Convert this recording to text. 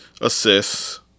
assists